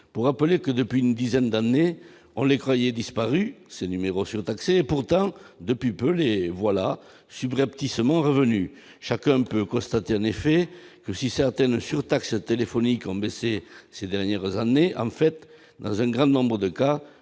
pour rappeler que depuis une dizaine d'années, on les croyait disparus ces numéros surtaxés pourtant depuis peu les voilà subreptice revenu, chacun peut constater en effet que si certaines surtaxes téléphoniques ont baissé ces dernières années en fait dans un grand nombre de cas,